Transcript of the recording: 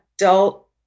adult